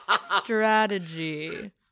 strategy